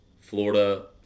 Florida